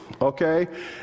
Okay